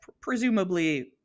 presumably